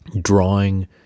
drawing